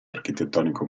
architettonico